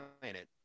planet